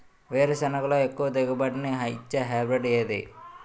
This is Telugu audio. వేరుసెనగ లో ఎక్కువ దిగుబడి నీ ఇచ్చే హైబ్రిడ్ ఏది?